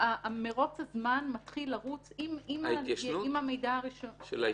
מרוץ הזמן מתחיל לרוץ עם המידע הראשון --- של ההתיישנות?